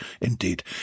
indeed